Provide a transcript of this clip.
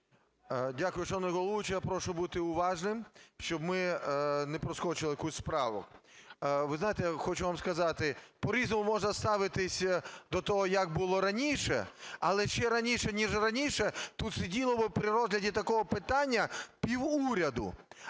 Дякую, шановний головуючий. Я прошу бути уважним, щоб ми не проскочили якусь із правок. Ви знаєте, я хочу вам сказати, по-різному можна ставитися до того, як було раніше, але ще раніше, ніж раніше, тут сиділи би при розгляді такого питання півуряду.